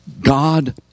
God